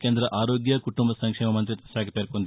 కేంద్ర ఆరోగ్య కుటుంబ సంక్షేమ మంతిత్వశాఖ పేర్కొంది